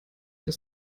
des